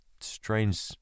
strange